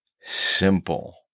simple